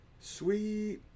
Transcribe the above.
Sweet